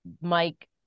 mike